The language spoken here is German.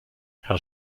herr